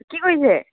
কি কৰিছে